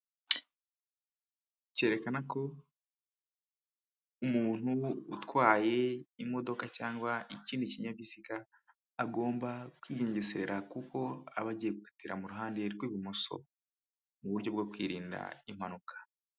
Cyerekana ko umuntu utwaye imodoka cyangwa ikindi kinyabiziga agomba kwigengesera kuko aba agiye gukatira mu ruhande rw'ibumoso mu buryo bwo kwirinda impanuka.